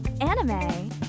Anime